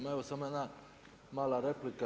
Ma evo samo jedna mala replika.